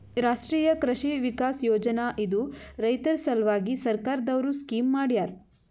ರಾಷ್ಟ್ರೀಯ ಕೃಷಿ ವಿಕಾಸ್ ಯೋಜನಾ ಇದು ರೈತರ ಸಲ್ವಾಗಿ ಸರ್ಕಾರ್ ದವ್ರು ಸ್ಕೀಮ್ ಮಾಡ್ಯಾರ